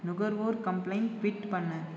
நுகர்வோர் complaint tweet பண்ணு